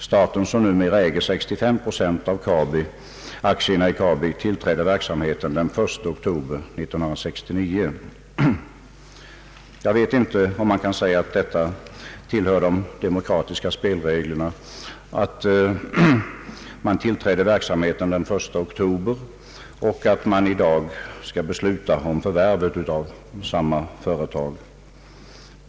Staten som numera äger 65 Zo av aktierna i Kabi tillträdde verksamheten den 1 oktober 1969.» Jag vet inte om man kan säga att det tillhör de demokratiska spelreglerna att man tillträdde verksamheten den 1 oktober 1969 och att vi i dag skall besluta om förvärvet av samma företag.